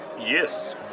Yes